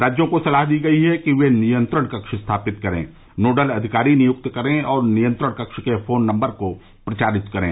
राज्यों को सलाह दी गई है कि वे नियंत्रण कक्ष स्थापित करें नोडल अधिकारी नियंक्त करें और नियंत्रण कक्ष के फोन नम्बर को प्रचारित करें